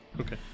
Okay